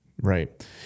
Right